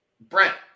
brent